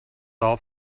all